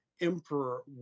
emperor